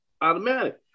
Automatic